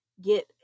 get